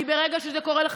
כי ברגע שזה קורה לך,